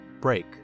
break